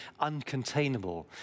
uncontainable